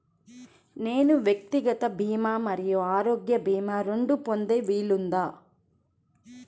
నేను వ్యక్తిగత భీమా మరియు ఆరోగ్య భీమా రెండు పొందే వీలుందా?